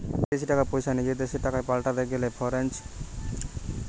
বিদেশী টাকা পয়সা নিজের দেশের টাকায় পাল্টাতে গেলে ফরেন এক্সচেঞ্জ পরিষেবা ব্যবহার করতে হবে